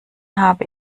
habe